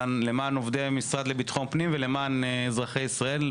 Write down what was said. למען עובדי המשרד לביטחון פנים ולמען אזרחי ישראל.